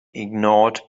ignored